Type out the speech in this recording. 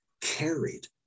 carried